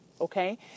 Okay